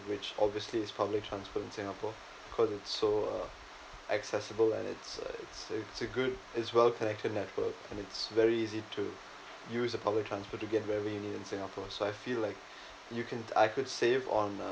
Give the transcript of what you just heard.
which obviously is public transport in singapore cause it's so uh accessible and it's a it's a it's a good is well connected network and it's very easy to use the public transport to get where you need in singapore so I feel like you can I could save on uh